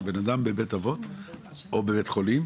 כשאדם בבית אבות או בבית חולים,